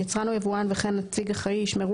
יצרן או יבואן וכן נציג אחראי ישמרו,